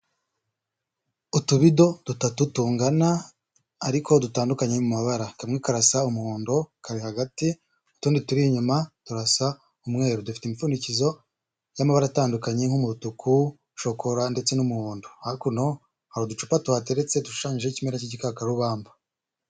Utubido dutatu tungana ariko dutandukanye mu mabara, kamwe karasa umuhondo, kari hagati, utundi turi inyuma turasa umweru, dufite imipfundinikizo y'amabara atandukanye nk'umutuku, shokora ndetse n'umuhondo. Hakuno hari uducupa tuhateretse dushushanyijeho ikimera cy'igikakarubamba.